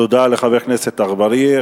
תודה לחבר הכנסת אגבאריה.